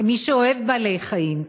כמי שאוהב בעלי-חיים,